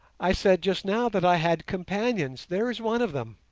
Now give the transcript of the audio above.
i said just now that i had companions there is one of them